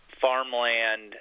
farmland